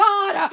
God